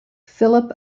philip